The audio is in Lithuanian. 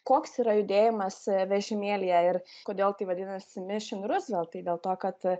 koks yra judėjimas vežimėlyje ir kodėl taip vadinasi mišin ruzvelt tai dėl to kad